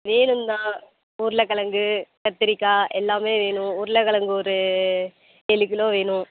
வேணும் தான் உருளக்கெழங்கு கத்திரிக்காய் எல்லாமே வேணும் உருளக்கெழங்கு ஒரு ஏழு கிலோ வேணும்